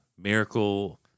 Miracle